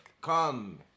Come